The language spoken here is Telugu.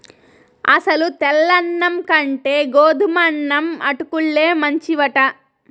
అసలు తెల్ల అన్నం కంటే గోధుమన్నం అటుకుల్లే మంచివట